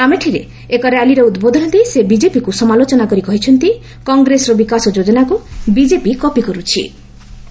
ଆମେଠିରେ ଏକ ର୍ୟାଲିରେ ଉଦ୍ବୋଧନ ଦେଇ ସେ ବିଜେପିକୃ ସମାଲୋଚନା କରି କହିଛନ୍ତି କଂଗ୍ରେସର ବିକାଶ ଯୋଜନାକୃ ବିଜେପି କପି କର୍ତ୍ଥି